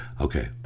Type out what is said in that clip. okay